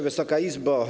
Wysoka Izbo!